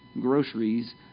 groceries